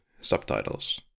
subtitles